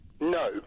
No